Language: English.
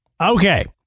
Okay